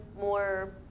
more